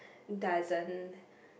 doesn't